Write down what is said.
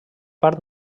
parc